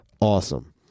awesome